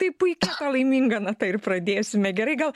tai puikia ta laiminga nata ir pradėsime gerai gal